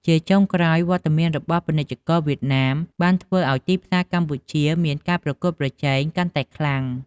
ជាចុងក្រោយ វត្តមានរបស់ពាណិជ្ជករវៀតណាមបានធ្វើឱ្យទីផ្សារកម្ពុជាមានការប្រកួតប្រជែងកាន់តែខ្លាំង។